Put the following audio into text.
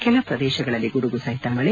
ಕೆಲ ಪ್ರದೇಶಗಳಲ್ಲಿ ಗುಡುಗು ಸಹಿತ ಮಳೆ